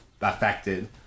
affected